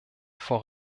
vor